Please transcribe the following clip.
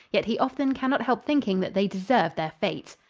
yet he often can not help thinking that they deserved their fate.